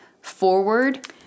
forward